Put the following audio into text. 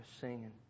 singing